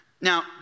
Now